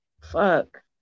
Fuck